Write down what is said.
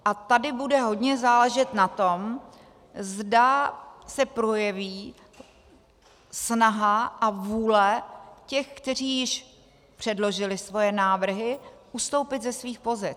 A tady bude hodně záležet na tom, zda se projeví snaha a vůle těch, kteří již předložili svoje návrhy, ustoupit ze svých pozic.